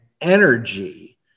energy